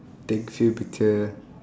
take few picture